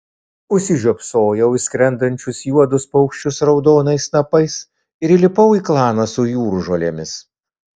užsižiopsojau į skrendančius juodus paukščius raudonais snapais ir įlipau į klaną su jūržolėmis